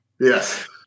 Yes